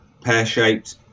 pear-shaped